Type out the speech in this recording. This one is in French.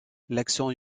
l’accent